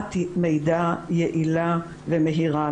הזרמת מידע יעילה ומהירה.